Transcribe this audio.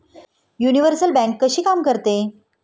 Universal bank कशी काम करते?